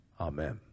Amen